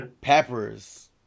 peppers